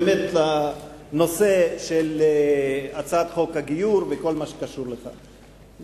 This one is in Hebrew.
באמת לנושא של הצעת חוק הגיור וכל מה שקשור לכך.